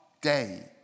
day